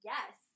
Yes